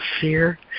fear